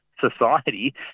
society